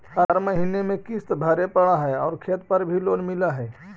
हर महीने में किस्त भरेपरहै आउ खेत पर भी लोन मिल है?